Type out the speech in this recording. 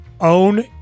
own